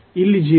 ಇಲ್ಲಿ 0